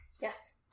yes